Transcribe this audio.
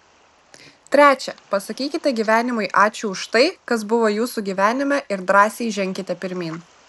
trečia pasakykite gyvenimui ačiū už tai kas buvo jūsų gyvenime ir drąsiai ženkite pirmyn